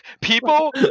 people